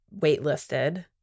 waitlisted